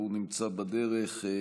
והוא נמצא בדרך,